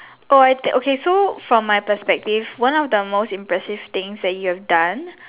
oh I that so from my perspective one of the most impressive thing that you have done